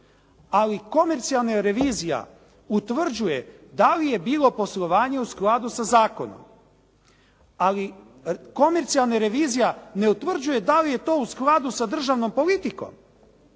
ali komercijalne revizija utvrđuje da li je bilo poslovanje u skladu sa zakonom? Ali komercijalna revizija ne utvrđuje da li je to u skladu sa državnom politikom?